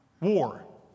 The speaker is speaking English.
war